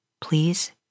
Please